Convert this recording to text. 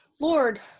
Lord